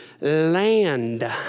land